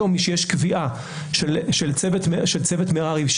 היום כשיש קביעה של צוות מררי,